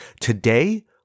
today